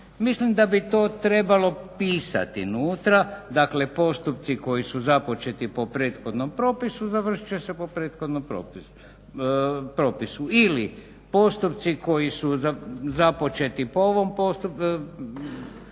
Mislim da bi to trebalo pisati unutra, dakle postupci koji su započeti po prethodnom propisu završit će se po prethodnom propisu ili postupci koji su započeti po ovom propisu